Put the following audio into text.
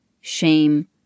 shame